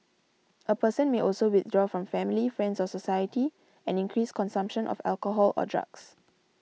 a person may also withdraw from family friends or society and increase consumption of alcohol or drugs